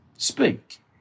Speak